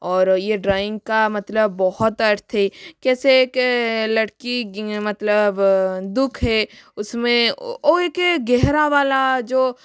और ये ड्राॅइंग का मतलब बहुत अर्थ है कैसे एक लड़की मतलब दुख है उसमें ओ एक गहेरावाला जो